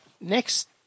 next